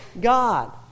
God